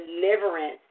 deliverance